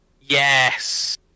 Yes